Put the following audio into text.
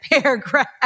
paragraph